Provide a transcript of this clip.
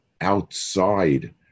outside